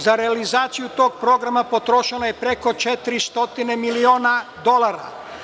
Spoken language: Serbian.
Za realizaciju tog programa potrošeno je preko 400 stotine miliona dolara.